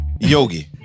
Yogi